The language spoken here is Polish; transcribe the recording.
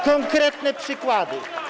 Konkretne przykłady.